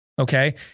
okay